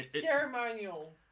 Ceremonial